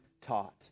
taught